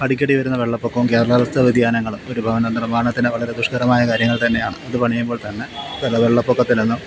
അടിക്കടി വരുന്ന വെള്ളപ്പൊക്കവും കാലാവസ്ഥ വ്യതിയാനങ്ങളും ഒരു ഭവനനിർമ്മാണത്തിന് വളരെ ദുഷ്ക്കരമായ കാര്യങ്ങൾ തന്നെയാണ് അത് പണിയുമ്പോൾ തന്നെ പിന്നെ വെള്ളപ്പൊക്കത്തിൽ നിന്നും